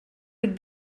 would